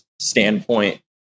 Standpoint